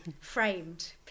framed